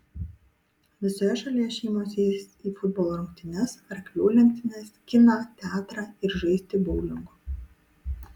visoje šalyje šeimos eis į futbolo rungtynes arklių lenktynes kiną teatrą ir žaisti boulingo